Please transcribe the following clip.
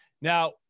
Now